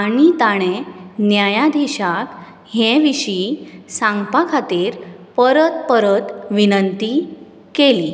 आनी ताणें न्यायाधिशाक हें विशी सांगपा खातीर परत परत विनंती केली